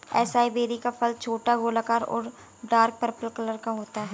acai berry का फल छोटा, गोलाकार और डार्क पर्पल कलर का होता है